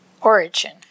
origin